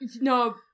No